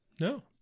No